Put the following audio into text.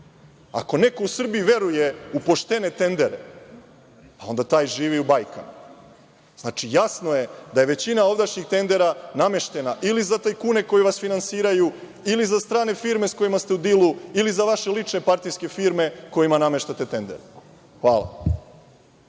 neko u Srbiji veruje u poštene tendere, onda taj živi u bajkama. Jasno je da je većina ovdašnjih tendera nameštena ili za tajkune koji vas finansiraju ili za strane firme sa kojima ste u dilu ili za vaše lične partijske firme kojima nameštate tendere. Hvala.